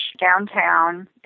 downtown